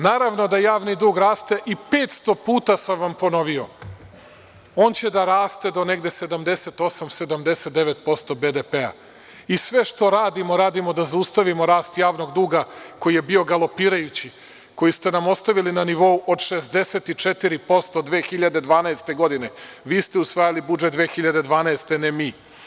Naravno da javni dug raste i 500 puta sam vam ponovio, on će da raste do negde 78%, 79% BDP i sve što radimo, radimo da zaustavimo rast javnog duga koji je bio galopirajući, koji ste nam ostavili na nivou od 64%, 2012. godine, vi ste usvajali budžet 2012. godine, ne mi.